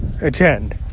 attend